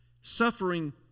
Suffering